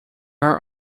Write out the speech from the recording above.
are